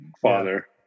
father